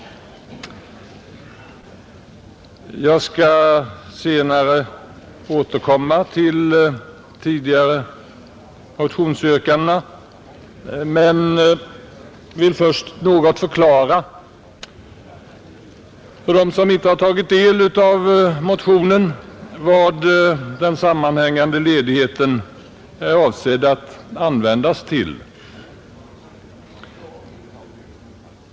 Jag skall återkomma till de tidigare motionsyrkandena men vill först något förklara vad den sammanhängande ledigheten är avsedd att användas till.